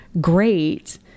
great